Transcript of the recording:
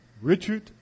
Richard